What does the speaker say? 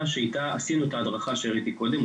שאיתה עשינו את ההדרכה שהראיתי קודם,